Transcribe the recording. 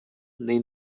nem